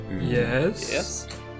Yes